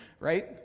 right